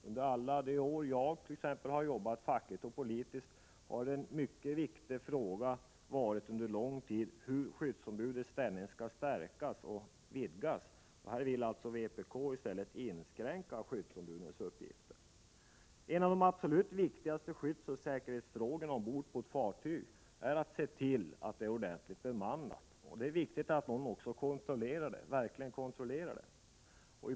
Under alla de år jag har arbetat fackligt och politiskt har en viktig fråga varit hur skyddsombudens ställning skall förstärkas och vidgas. Här vill alltså vpk i stället inskränka skyddsombudens uppgifter. En av de absolut viktigaste skyddsoch säkerhetsfrågorna ombord på ett fartyg är att se till att det är ordentligt bemannat, och det är viktigt att någon verkligen kontrollerar detta.